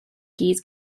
gyd